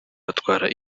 batwara